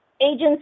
agents